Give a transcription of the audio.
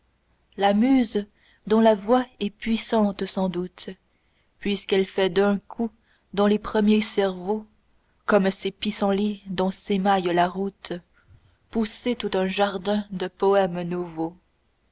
la muse dont la voix est puissante sans doute puisqu'elle fait d'un coup dans les premiers cerveaux comme ces pissenlits dont s'émaille la route pousser tout un jardin de poèmes nouveaux